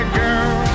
girl